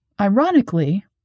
Ironically